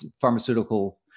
pharmaceutical